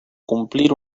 cumplir